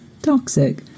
toxic